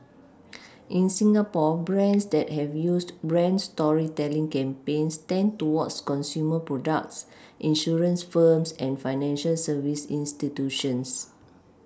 in Singapore brands that have used brand storytelling campaigns tend towards consumer products insurance firms and financial service institutions